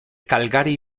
calgary